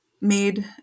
made